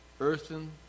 earthen